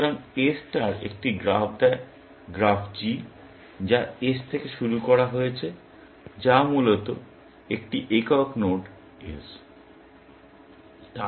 সুতরাং A star একটি graph দেয় গ্রাফ G যা S থেকে শুরু করা হয়েছে যা মূলত একটি একক নোড S